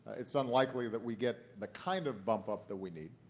it's unlikely that we get the kind of bump up that we need.